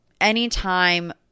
anytime